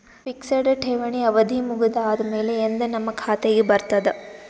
Fixed ಠೇವಣಿ ಅವಧಿ ಮುಗದ ಆದಮೇಲೆ ಎಂದ ನಮ್ಮ ಖಾತೆಗೆ ಬರತದ?